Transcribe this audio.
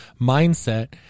mindset